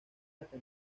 hasta